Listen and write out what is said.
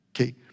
Okay